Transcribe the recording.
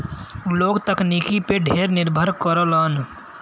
लोग तकनीकी पे ढेर निर्भर करलन